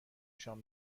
نشان